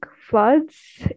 floods